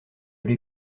l’ai